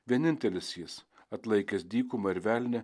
vienintelis jis atlaikęs dykumą ir velnią